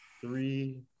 three